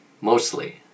Mostly